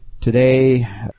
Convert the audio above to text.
today